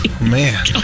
man